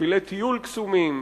שבילי טיול קסומים,